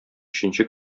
өченче